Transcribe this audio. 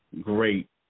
great